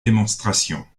démonstrations